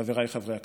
חבריי חברי הכנסת.